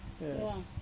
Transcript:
Yes